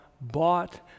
bought